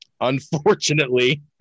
unfortunately